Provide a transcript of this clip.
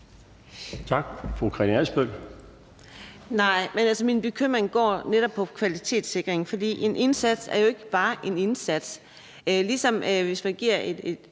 Tak.